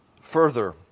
further